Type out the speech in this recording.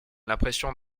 l’impression